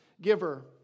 giver